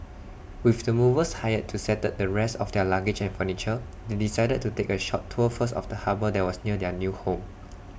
with the movers hired to settle the rest of their luggage and furniture they decided to take A short tour first of the harbour that was near their new home